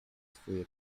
swoje